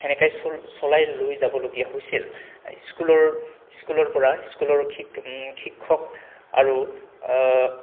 তেনেকেই চ চলাই লৈ যাবলগীয়া হৈছিল স্কুলৰ স্কুলৰ পৰা স্কুলৰ শি শিক্ষক আৰু